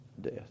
death